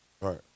Right